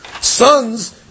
son's